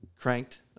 cranked